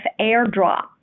AirDrop